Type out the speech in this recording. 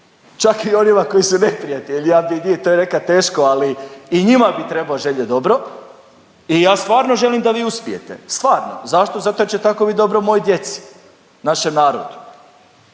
čak i onima koji su neprijatelji, ja bi i njih, to je nekad teško, ali i njima bi trebao željet dobro i ja stvarno želim da vi uspijete, stvarno. Zašto? Zato jer će tako bit dobro mojoj djeci, našem narodu.